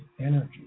energy